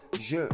je